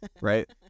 Right